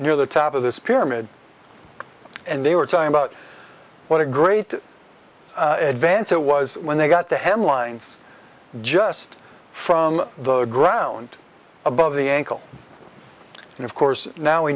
near the top of this pyramid and they were talking about what a great advance it was when they got the headlines just from the ground above the ankle and of course now we